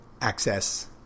Access